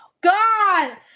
God